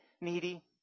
needy